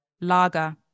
Lager